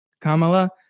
Kamala